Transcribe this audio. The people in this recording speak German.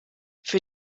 für